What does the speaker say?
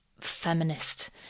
feminist